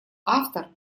автор